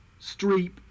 Streep